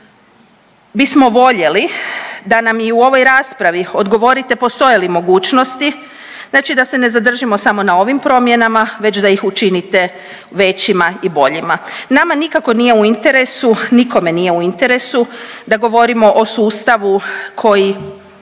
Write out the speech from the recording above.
bismo voljeli da nam i u ovoj raspravi odgovorite postoje li mogućnosti znači da se ne zadržimo samo na ovim promjenama već da ih učinite većima i boljima. Nama nikako nije u interesu, nikome nije u interesu da govorimo o sustavu koji